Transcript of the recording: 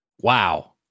wow